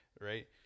right